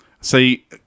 See